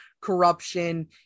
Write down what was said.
corruption